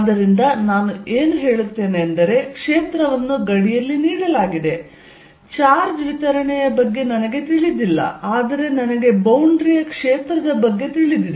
ಆದ್ದರಿಂದ ನಾನು ಏನು ಹೇಳುತ್ತೇನೆ ಎಂದರೆ ಕ್ಷೇತ್ರವನ್ನು ಗಡಿಯಲ್ಲಿ ನೀಡಲಾಗಿದೆ ಚಾರ್ಜ್ ವಿತರಣೆಯ ಬಗ್ಗೆ ನನಗೆ ತಿಳಿದಿಲ್ಲ ಆದರೆ ನನಗೆ ಬೌಂಡರಿ ಯ ಕ್ಷೇತ್ರದ ಬಗ್ಗೆ ತಿಳಿದಿದೆ